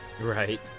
Right